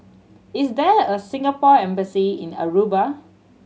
is there a Singapore Embassy in Aruba